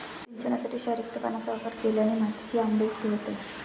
सिंचनासाठी क्षारयुक्त पाण्याचा वापर केल्याने मातीही आम्लयुक्त होत आहे